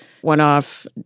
one-off